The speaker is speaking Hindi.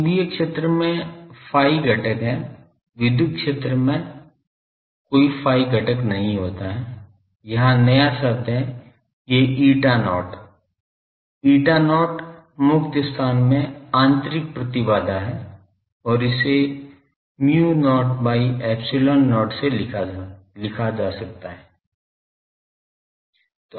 चुंबकीय क्षेत्र में phi घटक है विद्युत क्षेत्र में कोई phi घटक नहीं होता है यहाँ नया शब्द है ये eta not है eta not मुक्त स्थान में आंतरिक प्रतिबाधा है और इसे mu not by epsilon not से लिखा जाता है